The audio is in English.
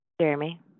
Jeremy